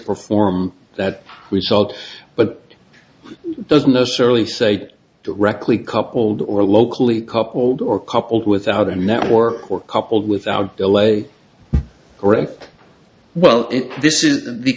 super form that result but doesn't necessarily say directly coupled or locally coupled or coupled without a network or coupled without delay or any well if this is the